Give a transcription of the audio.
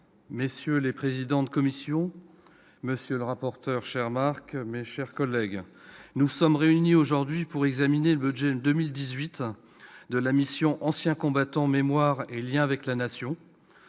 messieurs les présidents de commission, monsieur le rapporteur spécial, cher Marc, mes chers collègues, nous sommes réunis aujourd'hui pour examiner le budget 2018 de la mission « Anciens combattants, mémoire et liens avec la Nation